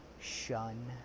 shun